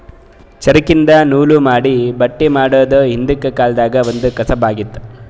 ಚರಕ್ದಿನ್ದ ನೂಲ್ ಮಾಡಿ ಬಟ್ಟಿ ಮಾಡೋದ್ ಹಿಂದ್ಕಿನ ಕಾಲ್ದಗ್ ಒಂದ್ ಕಸಬ್ ಆಗಿತ್ತ್